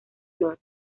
flor